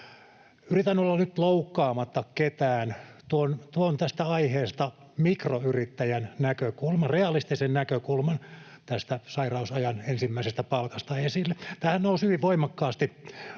Yritän olla nyt loukkaamatta ketään. Tuon tästä aiheesta esille mikroyrittäjän näkökulman, realistisen näkökulman tästä sairausajan ensimmäisestä päivästä. Tämähän nousi hyvin voimakkaasti